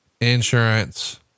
insurance